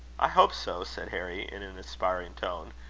i hope so, said harry, in an aspiring tone,